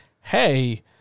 hey